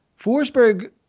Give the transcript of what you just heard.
Forsberg